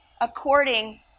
according